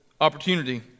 opportunity